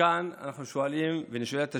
וכאן אנחנו שואלים ונשאלת השאלה: